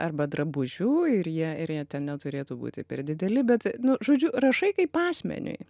arba drabužiu ir jie ir jie ten neturėtų būti per dideli bet nu žodžiu rašai kaip asmeniui